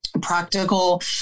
practical